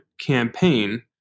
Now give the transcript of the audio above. campaign